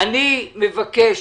אני מבקש